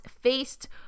faced